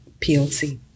PLC